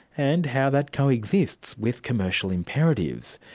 and how that coexists with commercial imperatives.